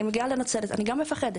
אני מגיעה לנצרת ואני מפחדת,